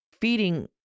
feeding